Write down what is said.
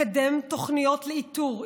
לקדם תוכניות לאיתור,